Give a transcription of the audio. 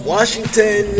Washington